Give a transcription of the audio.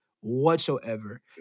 whatsoever